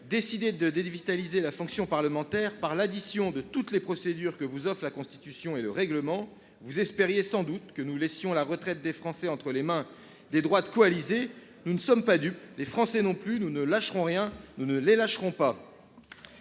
change un mot -« la fonction parlementaire par l'addition de toutes les procédures que vous offrent la Constitution et le règlement du Sénat. Vous espériez sans doute que nous laisserions la retraite des Français entre les mains des droites coalisées. Nous ne sommes pas dupes, les Français non plus. Nous ne lâcherons rien. » Les auteurs du